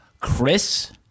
chris